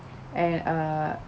and err